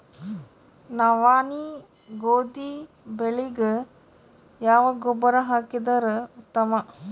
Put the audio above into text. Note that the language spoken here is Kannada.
ನವನಿ, ಗೋಧಿ ಬೆಳಿಗ ಯಾವ ಗೊಬ್ಬರ ಹಾಕಿದರ ಉತ್ತಮ?